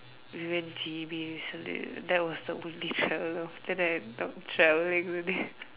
we went J_B recently that was the only travel after that stop traveling already